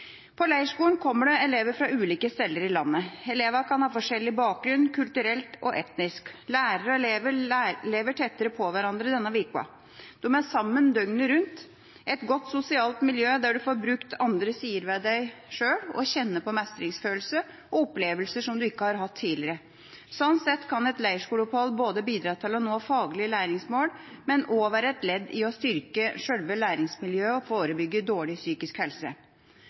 På leirskolen kommer det elever fra ulike steder av landet. Elevene kan ha forskjellig bakgrunn, kulturelt og etnisk. Lærere og elever lever tettere på hverandre denne uka. De er sammen døgnet rundt, i et godt sosialt miljø der en får brukt andre sider ved en sjøl, kjenne på mestringsfølelse og opplevelser en ikke har hatt tidligere. Slik sett kan et leirskoleopphold bidra til å nå faglige læringsmål, men også være et ledd i å styrke sjølve læringsmiljøet og forebygge dårlig psykisk helse.